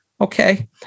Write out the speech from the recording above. Okay